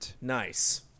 Nice